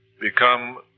become